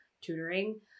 tutoring